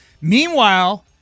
Meanwhile